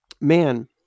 man